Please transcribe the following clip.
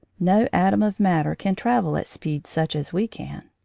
no atom of matter can travel at speeds such as we can.